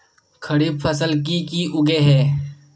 खरीफ फसल की की उगैहे?